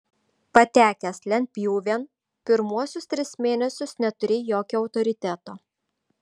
patekęs lentpjūvėn pirmuosius tris mėnesius neturi jokio autoriteto